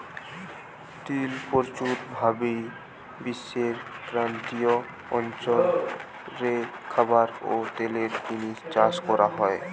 তিল প্রচুর ভাবি বিশ্বের ক্রান্তীয় অঞ্চল রে খাবার ও তেলের জিনে চাষ করা হয়